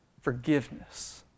forgiveness